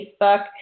Facebook